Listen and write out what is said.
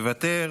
מוותר.